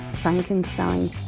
Frankenstein